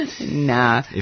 Nah